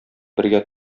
бергә